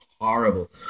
horrible